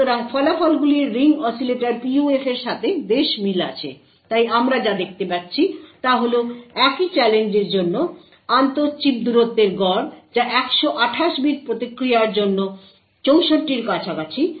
সুতরাং ফলাফলগুলির ring oscillator PUF এর সাথে বেশ মিল আছে তাই আমরা যা দেখতে পাচ্ছি তা হল একই চ্যালেঞ্জের জন্য আন্তঃ চিপ দূরত্বের গড় যা 128 বিট প্রতিক্রিয়ার জন্য 64 এর কাছাকাছি